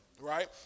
right